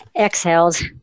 exhales